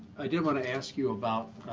i did want to ask you about